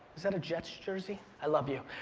is that a jets jersey? i love you.